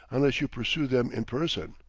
unless you pursue them in person.